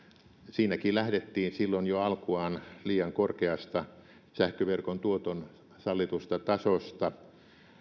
siinä lähdettiin silloin jo alkuaan liian korkeasta sähköverkon tuoton sallitusta tasosta